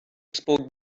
spoke